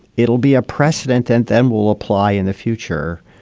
it'll be a precedent and then we'll apply in the future.